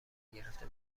گرفته